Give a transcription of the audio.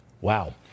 Wow